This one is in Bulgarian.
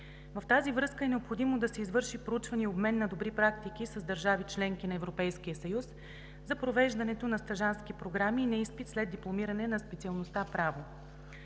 В тази връзка е необходимо да се извърши проучване и обмен на добри практики с държави – членки на Европейския съюз, за провеждането на стажантски програми и на изпит след дипломиране на специалността „Право“.